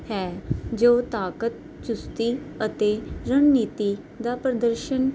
ਹੈ ਜੋ ਤਾਕਤ ਚੁਸਤੀ ਅਤੇ ਰਣਨੀਤੀ ਦਾ ਪ੍ਰਦਰਸ਼ਨ